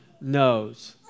knows